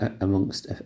amongst